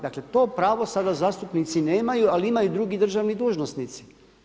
Dakle to pravo sada zastupnici nemaju ali imaju drugi državni dužnosnici.